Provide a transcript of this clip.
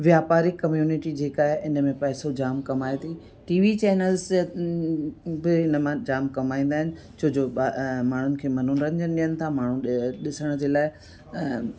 वापारी कम्यूनिटी जेका आहे इन में पैसो जाम कमायो अथईं टीवी चैनल्स में हिन मां जाम कमाईंदा आहिनि छोजो माण्हुनि खे मनोरंजन ॾियनि था माण्हू ॾिसण जे लाइ